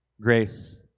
Grace